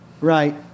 right